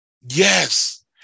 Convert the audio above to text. Yes